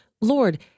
Lord